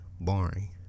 boring